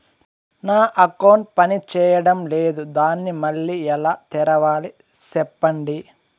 నా అకౌంట్ పనిచేయడం లేదు, దాన్ని మళ్ళీ ఎలా తెరవాలి? సెప్పండి